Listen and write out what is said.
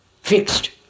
fixed